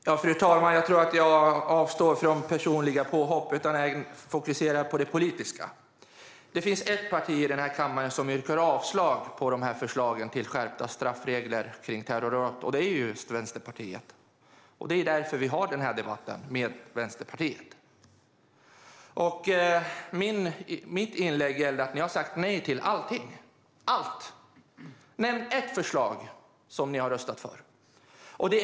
Fru talman! Jag tror att jag avstår från personliga påhopp, utan jag fokuserar på det politiska. Det finns ett parti i denna kammare som yrkar avslag på förslagen till skärpta straffregler för terroristbrott, och det är just Vänsterpartiet. Det är därför vi har denna debatt med Vänsterpartiet. Mitt inlägg gällde att ni har sagt nej till allting, Linda Snecker, allt! Nämn ett förslag som ni har röstat för!